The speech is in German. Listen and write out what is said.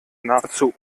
nahezu